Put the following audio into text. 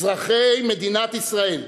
אזרחי מדינת ישראל,